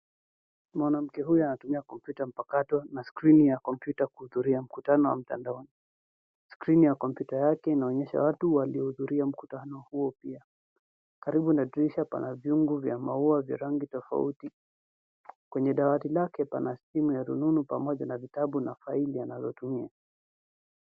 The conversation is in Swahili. Mwanamke huyu anatumia kompyuta mpakato na skrini ya kompyuta kuhudhria mkutano wa mtandaoni. Skrini ya kompyuta yake inaonyesha watu walio hudhuria mkutano huo. Karibu na dirisha pana vyungu vya maua vya rangi tofauti. Kwenye dawati lake pana simu ya rununu pamoja na vitabu na faili anazo tumia.